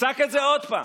אין בעיה.